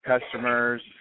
customers